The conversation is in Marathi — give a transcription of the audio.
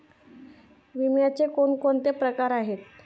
विम्याचे कोणकोणते प्रकार आहेत?